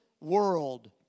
world